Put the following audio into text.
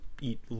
eat